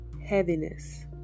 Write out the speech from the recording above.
heaviness